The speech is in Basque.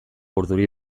urduri